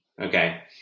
Okay